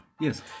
Yes